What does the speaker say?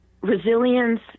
resilience